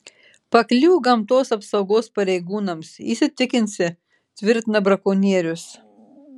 pakliūk gamtos apsaugos pareigūnams įsitikinsi tvirtina brakonierius